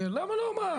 זה לא בעיה.